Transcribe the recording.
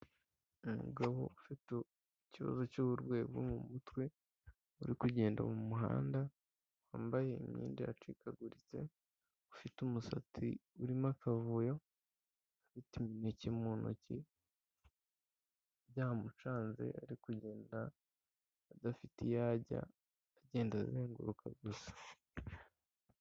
Umugabo ufite ikibazo cy'uburwayi bwo mu mutwe, uri kugenda mu muhanda wambaye imyenda yacikaguritse, ufite umusatsi urimo akavuyo, ufite imineke mu ntoki byamucanze ari kugenda adafite iyo ajya agenda azenguruka gusa.